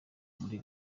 muri